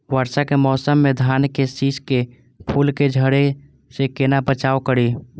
वर्षा के मौसम में धान के शिश के फुल के झड़े से केना बचाव करी?